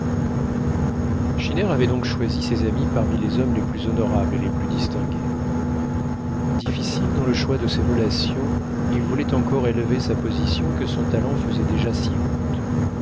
schinner avait donc choisi ses amis parmi les hommes les plus honorables et les plus distingués difficile dans le choix de ses relations il voulait encore élever sa position que son talent faisait déjà si haute